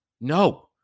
no